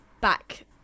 back